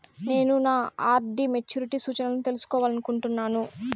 నేను నా RD maturity సూచనలను తెలుసుకోవాలనుకుంటున్నాను